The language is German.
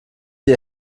sie